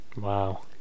Wow